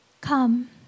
Come